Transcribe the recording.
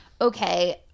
okay